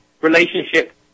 relationship